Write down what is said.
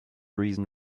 reason